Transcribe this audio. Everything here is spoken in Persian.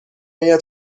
آید